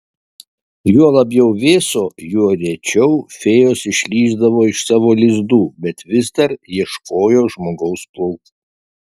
juo labiau vėso juo rečiau fėjos išlįsdavo iš savo lizdų bet vis dar ieškojo žmogaus plaukų